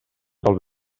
del